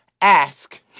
Ask